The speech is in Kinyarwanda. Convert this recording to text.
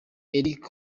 eric